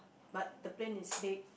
but the plane is big